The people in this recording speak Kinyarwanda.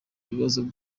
ikibazo